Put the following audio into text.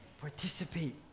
Participate